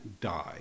die